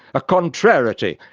a contrariety,